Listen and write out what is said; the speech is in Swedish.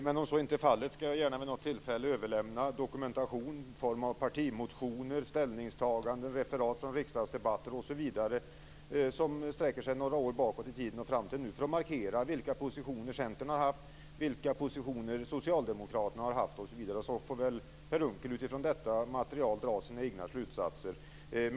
Men om så inte är fallet skall jag gärna vid något tillfälle överlämna dokumentation i form av partimotioner, ställningstaganden, referat från riksdagsdebatter m.m. som sträcker sig några år bakåt i tiden och fram till nu för att markera vilka positioner Centern har haft, vilka positioner Socialdemokraterna har haft osv. så får väl Per Unckel utifrån detta material dra sina egna slutsatser.